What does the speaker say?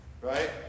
right